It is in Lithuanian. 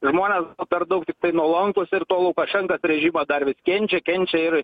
žmonės per daug tiktai nuolankūs ir tuo lukašenkos režimą dar vis kenčia kenčia ir